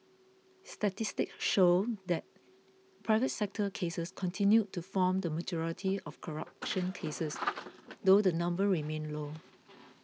statistics showed that private sector cases continued to form the majority of corruption cases though the number remained low